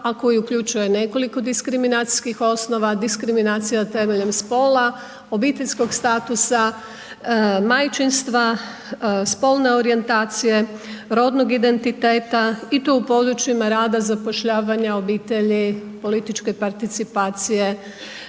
a koji uključuje nekoliko diskriminacijskih osnova, diskriminacija temeljem spola, obiteljskog statusa, majčinstva, spolne orijentacije, rodnog identiteta i to u područjima rada zapošljavanja obitelji, političke participacije,